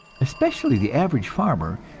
especially the average farmer,